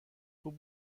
خوب